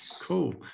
Cool